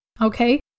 Okay